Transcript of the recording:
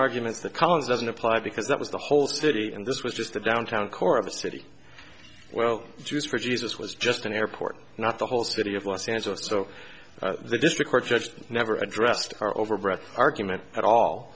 arguments that collins doesn't apply because that was the whole city and this was just the downtown core of a city well jews for jesus was just an airport not the whole city of los angeles so the district court judge never addressed our overbred argument at all